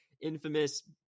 infamous